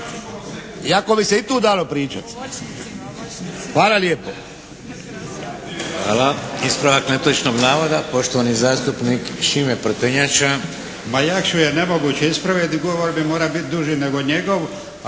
Iako bi se i tu dalo pričati. Hvala lijepo.